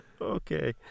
Okay